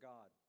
God